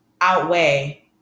outweigh